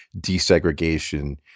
desegregation